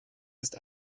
ist